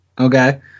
Okay